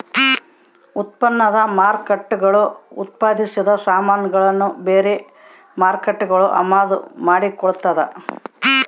ಉತ್ಪನ್ನ ಮಾರ್ಕೇಟ್ಗುಳು ಉತ್ಪಾದಿಸಿದ ಸಾಮಾನುಗುಳ್ನ ಬೇರೆ ಮಾರ್ಕೇಟ್ಗುಳು ಅಮಾದು ಮಾಡಿಕೊಳ್ತದ